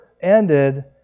ended